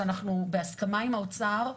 שאנחנו בהסכמה עם האוצר,